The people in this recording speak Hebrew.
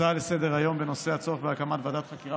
הצעה לסדר-היום בנושא: הצורך בהקמת ועדת חקירה